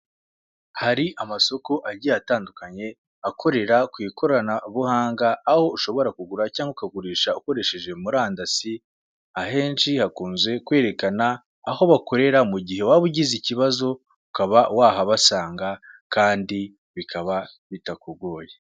Hari amasoko agiye atandukanye, akorera ku ikoranabuhanga, aho ushobora kugura cyangwa ukagurisha ukoresheje murandasi, ahenshi hakunze kwerekana aho bakorera mugihe waba ugize ikibazo, ukaba wahabasanga kandi bikaba bitakugoye.